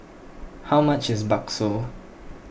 how much is Bakso